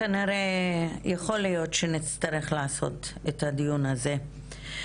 יכול להיות שנצטרך לעשות את הדיון הזה.